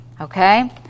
Okay